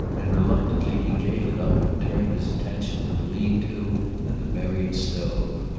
and reluctantly he gave it up and turned his attention to the lean-to and the buried stove.